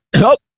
Nope